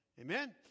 Amen